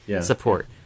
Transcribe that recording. support